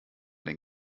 den